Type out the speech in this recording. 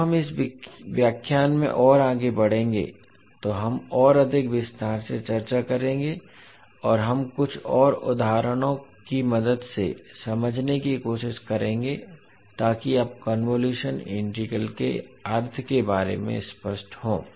जब हम इस व्याख्यान में और आगे बढ़ेंगे तो हम और अधिक विस्तार से चर्चा करेंगे और हम कुछ और उदाहरणों की मदद से समझने की कोशिश करेंगे ताकि आप कन्वोलुशन इंटीग्रल के अर्थ के बारे में स्पष्ट हों